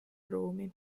ruumi